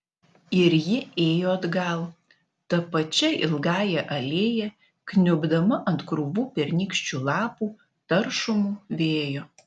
ir ji ėjo atgal ta pačia ilgąja alėja kniubdama ant krūvų pernykščių lapų taršomų vėjo